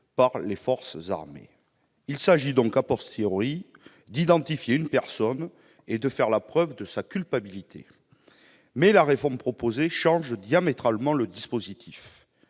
par les forces armées. Il s'agit donc,, d'identifier une personne et de faire la preuve de sa culpabilité. Mais la réforme proposée modifie diamétralement le dispositif.